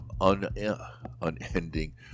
unending